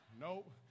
Nope